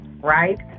right